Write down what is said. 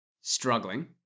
struggling